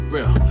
Real